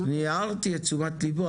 אני הערתי את תשומת ליבו,